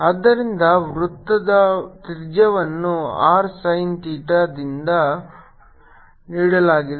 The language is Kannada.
ಆದ್ದರಿಂದ ವೃತ್ತದ ತ್ರಿಜ್ಯವನ್ನು r sin ಥೀಟಾದಿಂದ ನೀಡಲಾಗಿದೆ